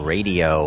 Radio